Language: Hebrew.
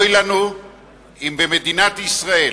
אוי לנו אם במדינת ישראל